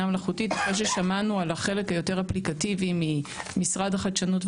מלאכותית אחרי ששמענו על החלק היותר אפליקטיבי ממשרד החדשנות,